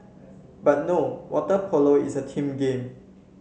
but no water polo is a team game